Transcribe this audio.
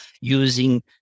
using